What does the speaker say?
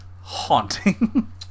haunting